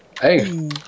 Hey